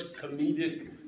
comedic